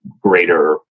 greater